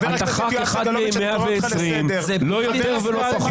אתה אחד מ-120 חברי כנסת, לא יותר ולא פחות.